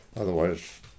Otherwise